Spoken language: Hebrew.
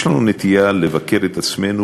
יש לנו נטייה לבקר את עצמנו,